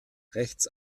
rechts